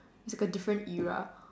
is a different era